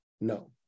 No